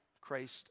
Christ